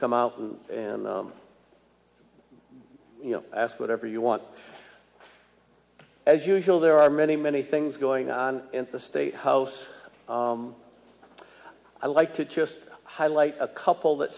come out and you know ask whatever you want as you feel there are many many things going on in the state house i like to just highlight a couple that